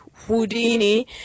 Houdini